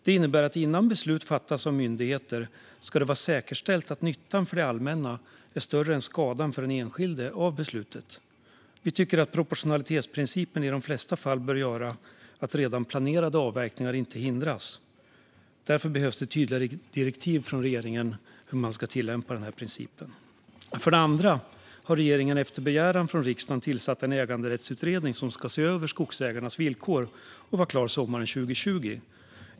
Det innebär att innan beslut fattas av myndigheter ska det vara säkerställt att nyttan för det allmänna är större än skadan för den enskilde. Vi anser att proportionalitetsprincipen i de flesta fall bör göra att redan planerade avverkningar inte hindras. Därför behövs tydliga direktiv från regeringen om hur denna princip ska tillämpas. För det andra har regeringen efter begäran av riksdagen tillsatt en äganderättsutredning som ska se över skogsägarnas villkor. Den ska vara klar sommaren 2020.